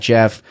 Jeff